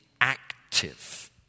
active